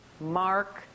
Mark